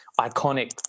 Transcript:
iconic